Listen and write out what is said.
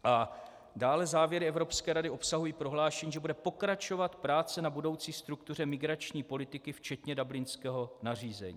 A dále závěry Evropské rady obsahují prohlášení, že bude pokračovat práce na budoucí struktuře migrační politiky, včetně dublinského nařízení.